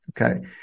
Okay